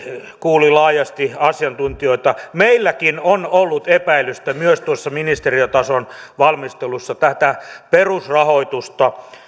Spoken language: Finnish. kuuli laajasti asiantuntijoita meilläkin on ollut epäilystä myös tuossa ministeriötason valmistelussa tätä perusrahoitusta